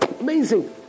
amazing